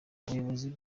umuyobozi